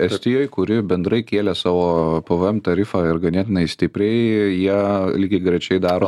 estijoj kuri bendrai kėlė savo pvm tarifą ir ganėtinai stipriai jie lygiagrečiai daro